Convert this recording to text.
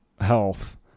health